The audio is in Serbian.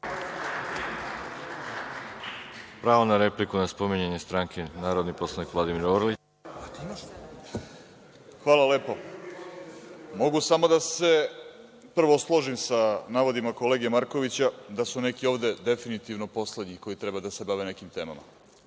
Hvala lepo. Mogu samo da se prvo složim sa navodima kolege Markovića da su neki ovde definitivno poslednji koji treba da se bave nekim temama. Pod